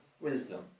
wisdom